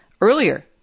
earlier